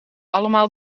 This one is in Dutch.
allemaal